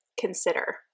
consider